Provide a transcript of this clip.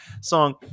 song